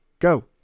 Go